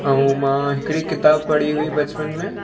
ऐं मां हिकिड़ी किताबु पढ़ी हुई बचपन में